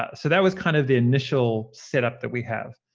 ah so that was kind of the initial setup that we have.